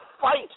fight